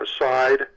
aside